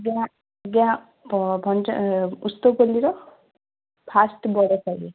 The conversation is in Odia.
ଆଜ୍ଞା ଆଜ୍ଞା ପୁସ୍ତକ ମନ୍ଦିର ଫାର୍ଷ୍ଟ ବଡ଼ ସାହିରେ